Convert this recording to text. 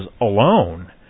alone